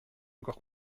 encore